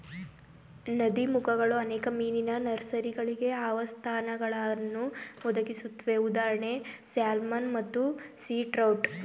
ನದೀಮುಖಗಳು ಅನೇಕ ಮೀನಿನ ನರ್ಸರಿಗಳಿಗೆ ಆವಾಸಸ್ಥಾನಗಳನ್ನು ಒದಗಿಸುತ್ವೆ ಉದಾ ಸ್ಯಾಲ್ಮನ್ ಮತ್ತು ಸೀ ಟ್ರೌಟ್